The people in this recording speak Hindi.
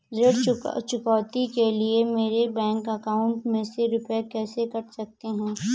ऋण चुकौती के लिए मेरे बैंक अकाउंट में से रुपए कैसे कट सकते हैं?